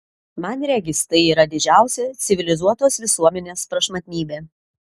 man regis tai yra didžiausia civilizuotos visuomenės prašmatnybė